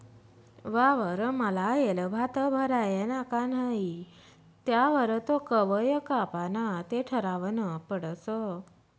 वावरमा लायेल भात भरायना का नही त्यावर तो कवय कापाना ते ठरावनं पडस